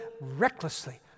recklessly